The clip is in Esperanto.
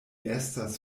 estas